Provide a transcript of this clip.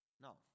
Now